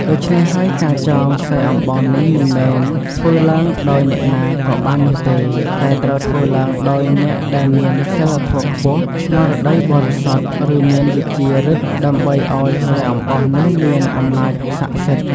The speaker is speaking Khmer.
ដូច្នេះហើយ ការចងខ្សែអំបោះនេះមិនមែនធ្វើឡើងដោយអ្នកណាក៏បាននោះទេ តែត្រូវធ្វើឡើងដោយអ្នកដែលមាន សីលធម៌ខ្ពស់ ស្មារតីបរិសុទ្ធ ឬមានវិជ្ជាប្ញទ្ធិ ដើម្បីឲ្យខ្សែអំបោះនោះមានអំណាចស័ក្តិសិទ្ធិ។